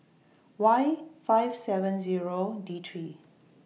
Y five seven Zero D three